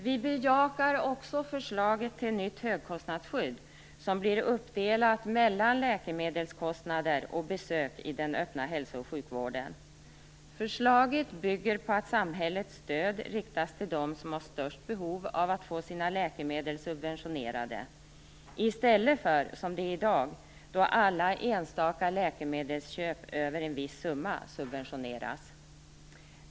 Vi bejakar också förslaget till nytt högkostnadsskydd som blir uppdelat mellan läkemedelskostnader och besök i den öppna hälso och sjukvården. Förslaget bygger på att samhällets stöd riktas till dem som har störst behov av att få sina läkemedel subventionerade i stället för, som det är i dag, att alla enstaka läkemedelsköp över en viss summa subventioneras.